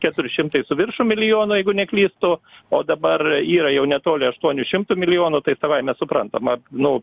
keturi šimtai su virš milijono jeigu neklystu o dabar yra jau netoli aštuonių šimtų milijonų tai savaime suprantama nu